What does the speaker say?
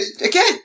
Again